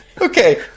okay